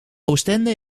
oostende